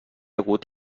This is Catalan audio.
hagut